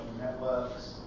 networks